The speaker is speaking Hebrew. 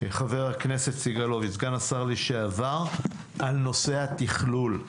חבר הכנסת סגלוביץ', על נושא התכלול.